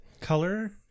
Color